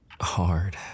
hard